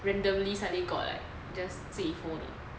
randomly suddenly got like just 自己 fold de